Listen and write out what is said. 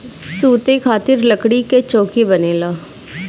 सुते खातिर लकड़ी कअ चउकी बनेला